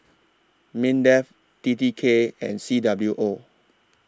Mindef T T K and C W O